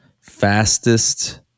fastest